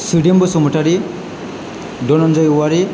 Sudem Basumatary Dhananjay Owary